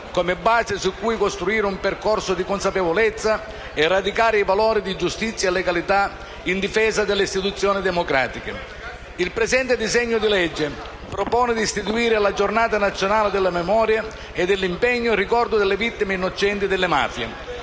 come base su cui costruire un percorso di consapevolezza e radicare i valori di giustizia e legalità, in difesa delle istituzioni democratiche. Il disegno di legge in esame propone di istituire la Giornata nazionale della memoria e dell'impegno in ricordo delle vittime innocenti delle mafie.